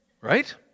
right